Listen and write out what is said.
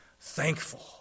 thankful